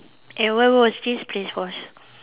and where was this place was